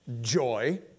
joy